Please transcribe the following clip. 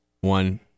one